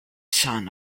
sun